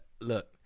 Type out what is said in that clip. look